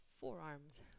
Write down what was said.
forearms